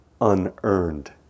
unearned